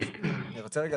רוצה רגע